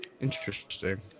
Interesting